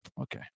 okay